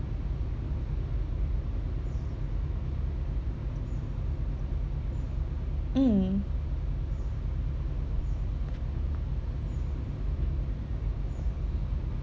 mm